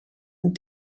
and